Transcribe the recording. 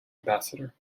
ambassador